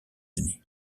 unis